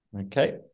Okay